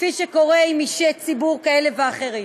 כפי שקורה עם אישי ציבור כאלה ואחרים.